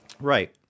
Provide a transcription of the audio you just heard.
Right